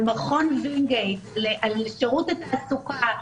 על מכון וינגייט על שירות התעסוקה,